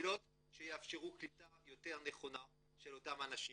שיאפשרו קליטה יותר נכונה של אותם אנשים,